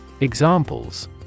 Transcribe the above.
Examples